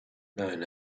known